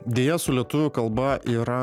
deja su lietuvių kalba yra